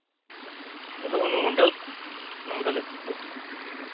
ᱚᱱᱩᱢᱚᱱᱢᱚᱱᱰᱚᱞ ᱚᱱᱩᱢᱚᱱᱰᱚᱞ ᱦᱟᱥᱯᱟᱛᱟᱞ